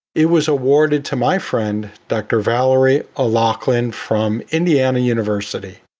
it was awarded to my friend dr. valerie o'loughlin from indiana university.